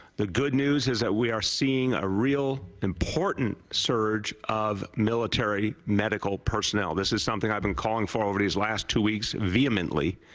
the good news is we are seeing a real important surge of military medical personnel. this is something i have been calling for over the last two weeks vehemently